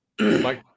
Mike